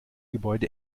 gebäude